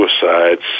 suicides